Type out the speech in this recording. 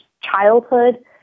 childhood